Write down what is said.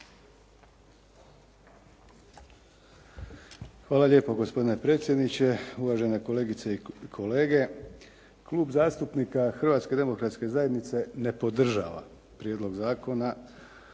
Hvala lijepo. Gospodine predsjedniče, uvažene kolegice i kolege. Klub zastupnika Hrvatske demokratske zajednice ne podržava Prijedlog zakona